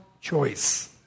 choice